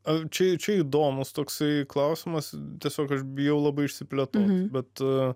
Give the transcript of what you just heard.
čia čia įdomūs toksai klausimas tiesiog aš bijau labai išsiplėtot bet